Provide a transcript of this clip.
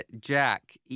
Jack